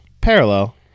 parallel